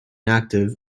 active